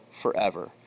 forever